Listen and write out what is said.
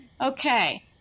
Okay